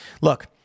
Look